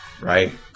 right